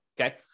Okay